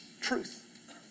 truth